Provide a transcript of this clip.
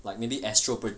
like maybe astral pro~